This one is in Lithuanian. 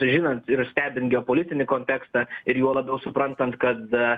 žinant ir stebint geopolitinį kontekstą ir juo labiau suprantant kad